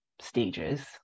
stages